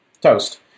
toast